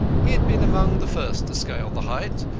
he had been among the first to scale the height,